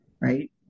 right